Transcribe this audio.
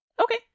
Okay